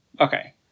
Okay